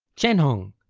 chien-hung.